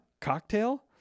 cocktail